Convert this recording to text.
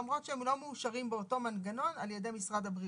למרות שהם לא מאושרים באותו מנגנון על ידי משרד הבריאות.